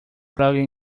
plunged